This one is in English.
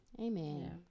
Amen